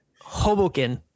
Hoboken